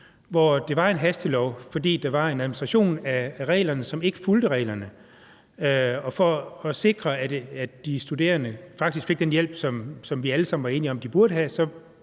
det var en hastelov, fordi der var en administration af reglerne, som ikke fulgte reglerne, og for at sikre, at de studerende faktisk fik den hjælp, som vi alle sammen var enige om at de burde have,